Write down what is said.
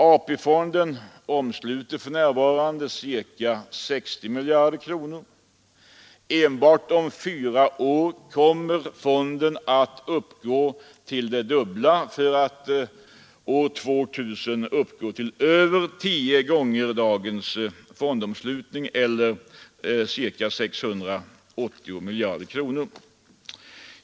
AP-fonden omsluter för närvarande ca 60 miljarder kronor. Redan om fyra år kommer fonden att uppgå till det dubbla, för att år 2 000 uppgå till tio gånger dagens fondomslutning eller ca 680 miljarder kronor.